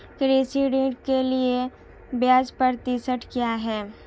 कृषि ऋण के लिए ब्याज प्रतिशत क्या है?